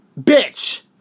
Bitch